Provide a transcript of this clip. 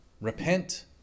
Repent